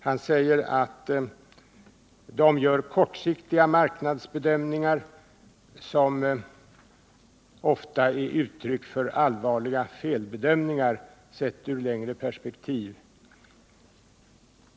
Han säger att de gör kortsiktiga marknadsbedömningar som ofta är uttryck för allvarliga felbedömningar, sedda i ett längre perspektiv.